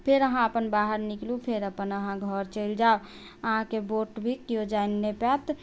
फेर अहाँ अपन बाहर निकलू फेर अपन अहाँ घर चलि जाउ अहाँके वोट भी केओ जानि नहि पायत